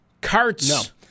carts